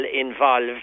involved